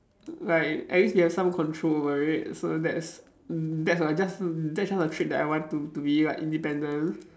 like at least we have some control over it so that's that's a just that's just a treat that I want to be to be like independent